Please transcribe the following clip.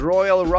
Royal